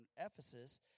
Ephesus